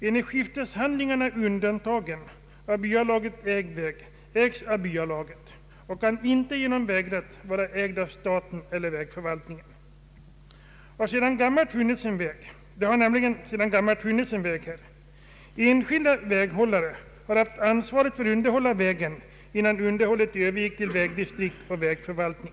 En i skifteshandlingarna undantagen, av byalaget ägd väg tillhör byalaget och kan inte genom vägrätt ägas av staten eller vägförvaltningen. Det har nämligen sedan gammalt funnits en väg här. Enskilda väghållare har haft ansvaret för underhåll av vägen innan detta övergick till vägdistrikt och vägförvaltning.